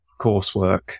coursework